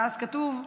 ואז כתוב,